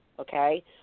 okay